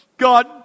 God